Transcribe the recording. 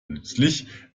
nützlich